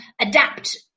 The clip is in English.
adapt